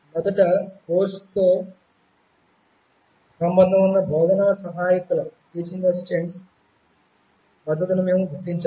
మొదట కోర్సుతో సంబంధం ఉన్న బోధనా సహాయకుల టిఎ మద్దతును మేము గుర్తించాము